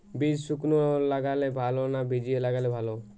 বীজ শুকনো লাগালে ভালো না ভিজিয়ে লাগালে ভালো?